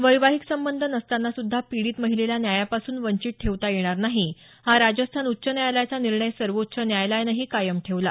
वैवाहिक संबंध नसताना सुद्धा पीडित महिलेला न्यायापासून वंचित ठेवता येणार नाही हा राजस्थान उच्च न्यायालयाचा निर्णय सर्वोच्च न्यायालयानंही कायम ठेवला